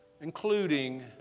including